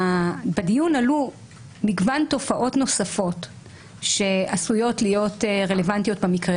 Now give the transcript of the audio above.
בדיון עלו מגוון תופעות נוספות שעשויות להיות רלוונטיות במקרה